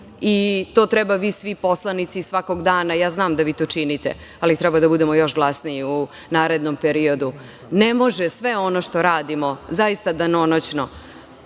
To treba svi vi poslanici svakog dana, znam da to činite, ali treba da budemo još glasniji u narednom periodu. Ne može sve ono što radimo, zaista danonoćno,